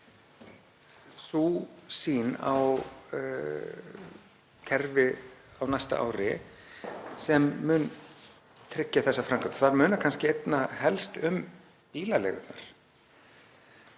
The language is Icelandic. sú sýn á kerfi á næsta ári sem mun tryggja þessa framkvæmd. Það munar kannski einna helst um bílaleigurnar.